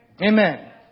Amen